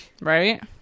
Right